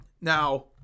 Now